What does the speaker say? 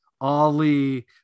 Ali